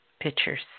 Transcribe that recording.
pictures